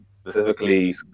specifically